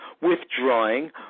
withdrawing